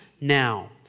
now